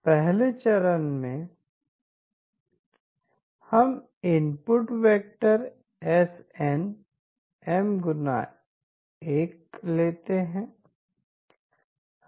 पहले चरण में हम इनपुट वेक्टर sn M ×1 लेते हैं